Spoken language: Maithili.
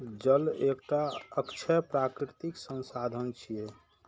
जल एकटा अक्षय प्राकृतिक संसाधन छियै